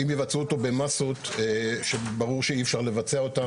אם יבצעו אותו במסות שברור שאי אפשר לבצע אותם.